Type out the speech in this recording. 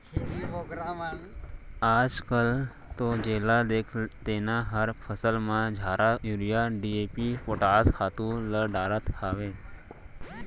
आजकाल तो जेला देख तेन हर फसल म झारा यूरिया, डी.ए.पी, पोटास खातू ल डारत हावय